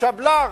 שבל"ר.